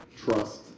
trust